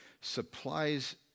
supplies